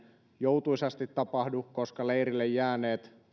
joutuisasti tapahdu koska leirille jääneet